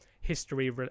History